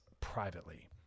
privately